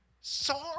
Sorry